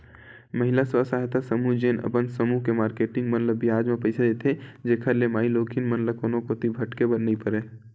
महिला स्व सहायता समूह जेन अपन समूह के मारकेटिंग मन ल बियाज म पइसा देथे, जेखर ले माईलोगिन मन ल कोनो कोती भटके बर नइ परय